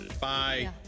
Bye